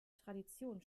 tradition